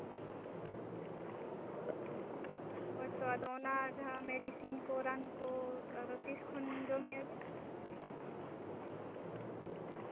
ᱦᱳᱭᱛᱳ ᱟᱫᱚ ᱚᱱᱟ ᱡᱟᱦᱟᱸ ᱢᱮᱰᱤᱥᱤᱱ ᱠᱚ ᱨᱟᱱ ᱠᱚ ᱟᱫᱚ ᱛᱤᱥ ᱠᱷᱚᱱ ᱡᱚᱢᱮᱫᱼᱟ ᱵᱤᱱ